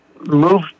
move